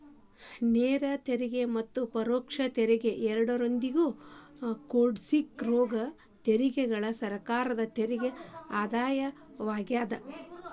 ನೇರ ತೆರಿಗೆ ಮತ್ತ ಪರೋಕ್ಷ ತೆರಿಗೆ ಎರಡರಿಂದೂ ಕುಡ್ಸಿರೋ ತೆರಿಗೆಗಳ ಸರ್ಕಾರದ ತೆರಿಗೆ ಆದಾಯವಾಗ್ಯಾದ